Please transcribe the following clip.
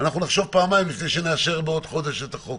אנחנו נחשוב פעמיים לפני שנאשר בעוד חודש את החוק.